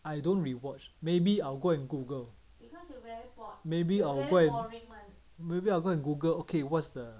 I don't re-watch maybe I'll go and Google maybe I'll go and maybe I'll go and Google okay what's the